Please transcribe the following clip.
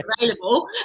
available